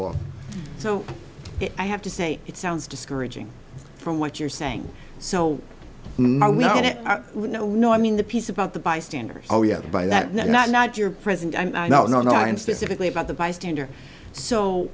off so i have to say it sounds discouraging from what you're saying so no no i mean the piece about the bystanders oh yeah by that no not not your present i know not and specifically about the bystander so